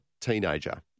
teenager